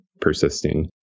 persisting